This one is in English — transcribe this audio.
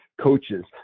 coaches